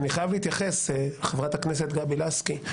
אני חייב להתייחס, חברת הכנסת גבי לסקי.